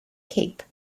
cape